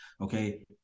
Okay